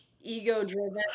ego-driven